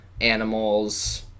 animals